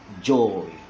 joy